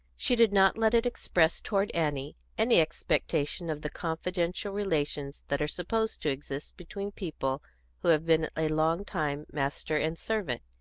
she did not let it express toward annie any expectation of the confidential relations that are supposed to exist between people who have been a long time master and servant.